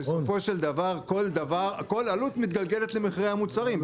כל עלות מתגלגלת למחירי המוצרים.